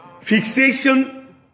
fixation